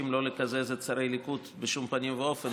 לא לקזז את שרי הליכוד בשום פנים ואופן,